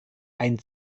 ein